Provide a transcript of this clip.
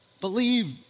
believe